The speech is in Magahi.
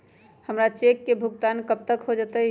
हमर चेक के भुगतान कब तक हो जतई